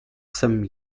some